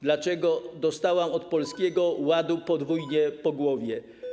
Dlaczego dostałam od Polskiego Ładu podwójnie po głowie?